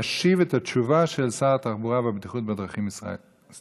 ישיב את התשובה של שר התחבורה ישראל כץ.